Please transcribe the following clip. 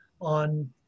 on